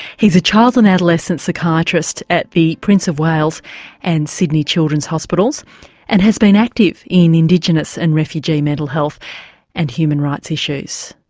he's a child and adolescent psychiatrist at the prince of wales and sydney children's hospitals and has been active in indigenous and refugee mental health and human rights issues.